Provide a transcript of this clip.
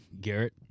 Garrett